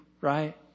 Right